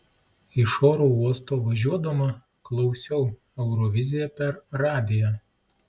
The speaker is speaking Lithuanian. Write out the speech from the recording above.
iš oro uosto važiuodama klausiau euroviziją per radiją